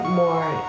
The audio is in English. more